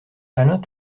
alain